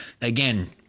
again